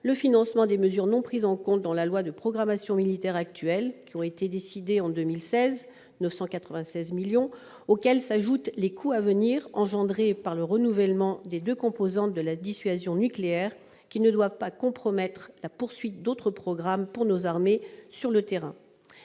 le financement des mesures non prises en compte dans la loi de programmation militaire actuelle, décidées en 2016, à savoir 996 millions d'euros, auxquels s'ajoutent les coûts à venir engendrés par le renouvellement des deux composantes de la dissuasion nucléaire, ne doivent pas compromettre la poursuite d'autres programmes pour nos armées sur le terrain.